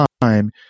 time